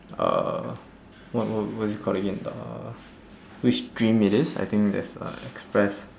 uh what what what is it called again uh which stream it is I think there's uh express